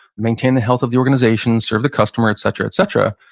maintain the health of the organization, serve the customer, etcetera, etcetera.